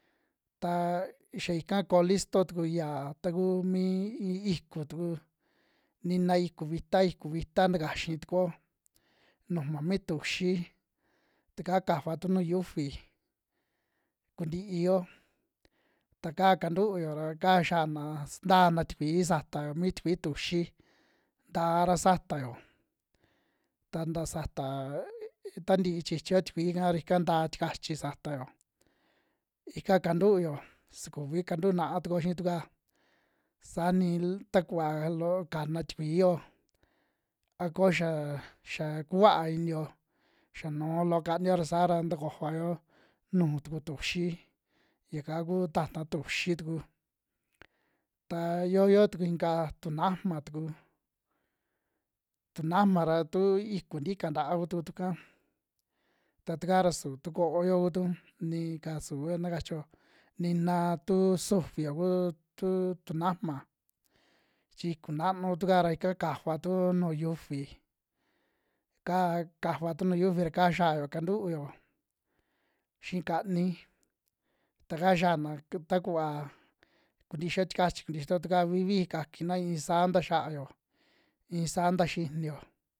Ta xia ika koo listo tuku ya taku mii i- iku tuku nina iku vita, iku vita takaxi tukuo nujma mi tuxii, ta ka kafatu nuu yiufi kuntiiyo, ta kaa kantuyo ra kaa xiana suntaana tikui satayo mi tikui tuxii ntaara satayo, ta nta sata k k tantii chichiyo tikui ika ra, ika ntaa tikachi satayo ika kantuyo su kuvi kantuu naa tukuo xii tu'ka sani takuva loo kana tikuiyo a ko xia, xia kuvaa iniyo xa nuu loo kaniyo ra saa ra tukujovayo nuju tuku tuxii, yaka ku ta'ta tuxii tuku. Ta yo'o yo tuku inka tunajma tuku tunajma ra tu iku ntika nta'a kutuku tuka ta tuka ra suu tu kooyo kutu nika suua na kachio, nina u sufio kuu tu tunajma chi iku naanu kutu'ka ra ika kafatu nuu yufi, ka kafatu nuu yufi ra ka xia kantuyuo xii kani, ta kaa xiana ta kuva kuntixio tikachi kuntiyi tuo tuka vi'viji kakina iin saa nta xia'ayo, iin saa nta xiniyo.